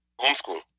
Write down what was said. homeschool